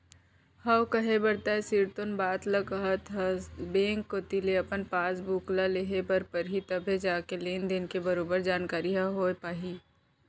हव कहे बर तैं सिरतोन बात ल काहत हस बेंक कोती ले अपन पासबुक ल लेहे बर परही तभे जाके लेन देन के बरोबर जानकारी ह होय पाही